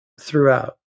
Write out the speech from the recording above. throughout